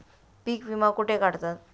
पीक विमा कुठे काढतात?